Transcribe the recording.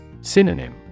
Synonym